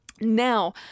Now